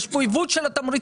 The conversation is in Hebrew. יש פה עיוות של התמריצים.